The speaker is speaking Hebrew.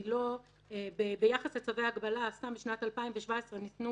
ביחס לצווי הגבלה - בשנת 2017 ניתנו